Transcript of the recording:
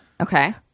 okay